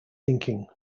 thinking